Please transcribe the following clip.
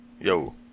Yo